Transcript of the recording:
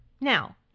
Now